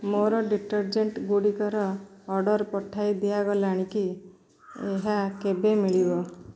ମୋର ଡିଟର୍ଜେଣ୍ଟ୍ ଗୁଡ଼ିକର ଅର୍ଡ଼ର୍ ପଠାଇ ଦିଆଗଲାଣି କି ଏହା କେବେ ମିଳିବ